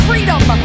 Freedom